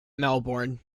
melbourne